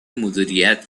مدیریت